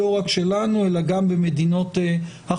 לא רק שלנו אלא גם של מדינות אחרות,